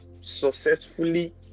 successfully